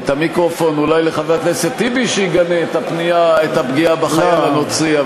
המיקרופון אולי לחבר הכנסת טיבי שיגנה את הפגיעה בחייל הנוצרי,